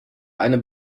eine